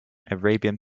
arabian